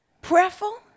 prayerful